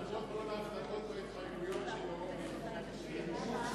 למרות כל ההבטחות וההתחייבויות שלו לפני הבחירות.